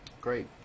Great